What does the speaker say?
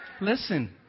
Listen